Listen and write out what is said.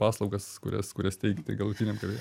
paslaugas kurias kurias teikti galutiniam gavėjam